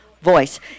voice